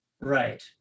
Right